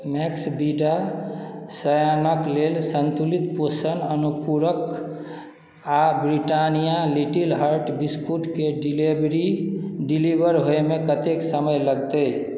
मैक्सविडा सयानके लेल संतुलित पोषण अनुपूरक आ ब्रिटानिया लिटिल हार्ट बिस्कुटके डिलीवरी डिलीवर होइमे कतेक समय लगतै